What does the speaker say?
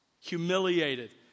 humiliated